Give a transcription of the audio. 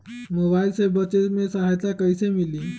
Mobile से बेचे में सहायता कईसे मिली?